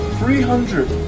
three hundred